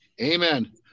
Amen